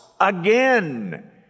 again